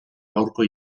gaurko